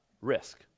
risk